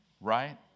Right